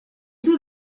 taux